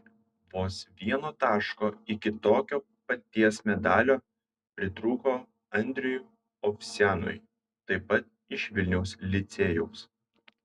vos vieno taško iki tokio paties medalio pritrūko andriui ovsianui taip pat iš vilniaus licėjaus